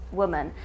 woman